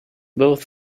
both